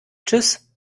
tschüß